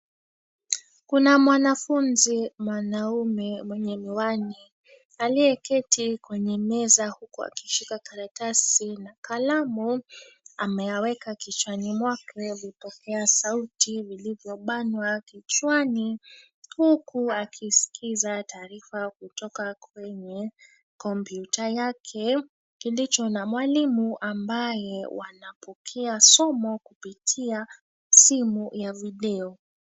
Kuna mwanafunzi mwanaume mwenye miwani; aliyeketi kwenye meza huku akishika karatasi na kalamu. Ameweka kichwani mwake vipokea sauti vilivyobanwa kichwani, huku akisikiza taarifa kutoka kwenye kompyuta yake kilicho na mwalimu, ambaye wanapokea somo kupitia simu ya video.